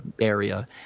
area